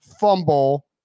fumble